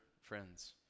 friends